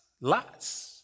lots